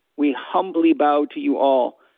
we humbly bow to you all.